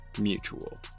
mutual